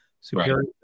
superior